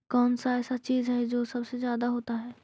कौन सा ऐसा चीज है जो सबसे ज्यादा होता है?